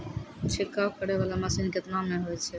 छिड़काव करै वाला मसीन केतना मे होय छै?